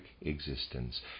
existence